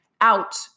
out